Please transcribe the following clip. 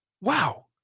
Wow